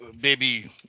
baby